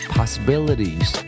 possibilities